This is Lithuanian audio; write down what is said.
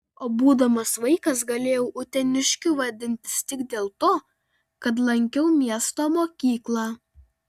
o būdamas vaikas galėjau uteniškiu vadintis tik dėl to kad lankiau miesto mokyklą